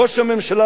ראש הממשלה,